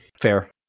fair